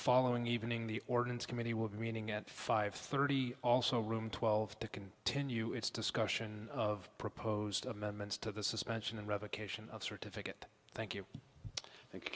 following evening the ordinance committee will be meeting at five thirty also room twelve to continue its discussion of proposed amendments to the suspension and revocation of certificate thank you thank you